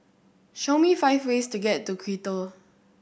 show me five ways to get to Quito